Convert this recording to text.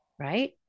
right